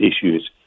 issues